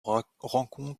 rencontre